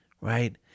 right